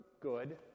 good